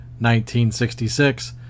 1966